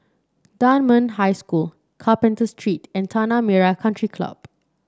Dunman High School Carpenter Street and Tanah Merah Country Club